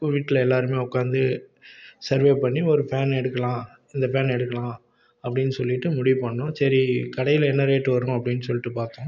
கு வீட்டில் எல்லாரும் உக்கார்ந்து சர்வை பண்ணி ஓர் ஃபேன் எடுக்கலாம் இந்த ஃபேன் எடுக்கலாம் அப்படின்னு சொல்லிவிட்டு முடிவு பண்ணிணோம் சரி கடையில் என்ன ரேட் வரும் அப்படின்னு சொல்லிட்டு பார்த்தோம்